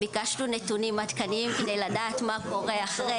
ביקשנו נתונים עדכניים כדי לדעת מה קורה אחרי.